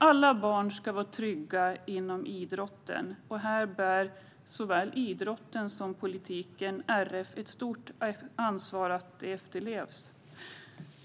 Alla barn ska vara trygga inom idrotten. Här bär såväl idrotten som politiken och RF ett ansvar för att detta efterlevs.